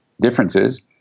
differences